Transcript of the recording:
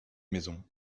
maison